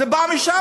זה בא משם.